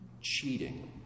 cheating